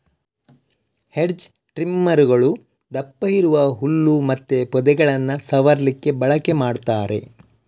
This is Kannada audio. ಹೆಡ್ಜ್ ಟ್ರಿಮ್ಮರುಗಳು ದಪ್ಪ ಇರುವ ಹುಲ್ಲು ಮತ್ತೆ ಪೊದೆಗಳನ್ನ ಸವರ್ಲಿಕ್ಕೆ ಬಳಕೆ ಮಾಡ್ತಾರೆ